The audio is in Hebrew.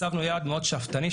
הצבנו יעד מאוד שאפתני,